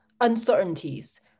uncertainties